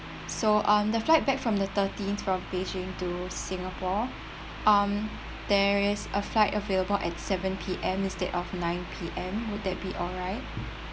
so um the flight back from the thirteenth from beijing to singapore(um) there is a flight available at seven P_M instead of nine P_M would that be alright